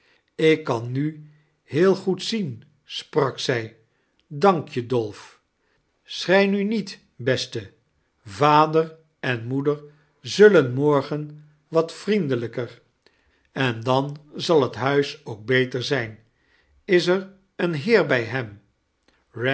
lk kan nu heel goed zien sprat zij danik je dolf schrei nu niet beste vaojer en moeder zullen morgen wat yrieiudelijker en dan zal t in huijs ook betier zijn is er een beer hog hem